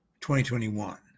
2021